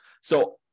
So-